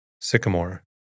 Sycamore